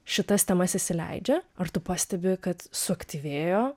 šitas temas įsileidžia ar tu pastebi kad suaktyvėjo